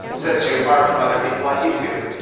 sets you apart from other people on youtube.